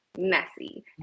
messy